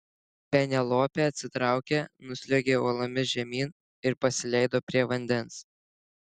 penelopė atsitraukė nusliuogė uolomis žemyn ir pasileido prie vandens